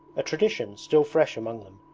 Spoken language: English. a tradition, still fresh among them,